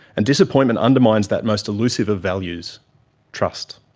and disappointment undermines that most elusive of values trust.